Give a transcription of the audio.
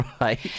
Right